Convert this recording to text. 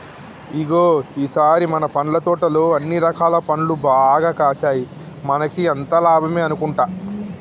ఇగో ఈ సారి మన పండ్ల తోటలో అన్ని రకాల పండ్లు బాగా కాసాయి మనకి అంతా లాభమే అనుకుంటా